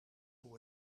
hoe